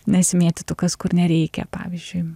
nesimėtytų kas kur nereikia pavyzdžiui